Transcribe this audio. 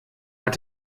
hat